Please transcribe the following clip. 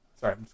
sorry